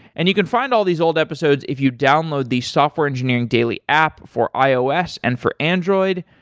and you can find all these old episodes if you download the software engineering daily app for ios and for android.